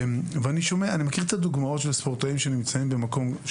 אני מכיר קצת דוגמאות של ספורטאים שעשו